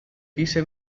quise